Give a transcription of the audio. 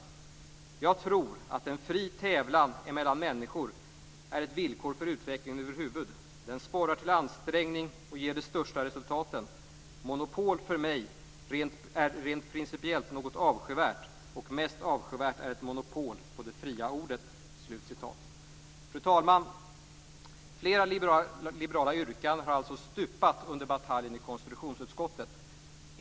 Jag tror, att en fri tävlan emellan människor är ett villkor för utveckling överhuvud: Den sporrar till ansträngning och ger de största resultaten. Monopol är för mig rent principiellt något avskyvärt och mest avskyvärt är ett monopol på det fria ordet." Fru talman! Flera liberala yrkanden har alltså stupat under bataljen i konstitutionsutskottet.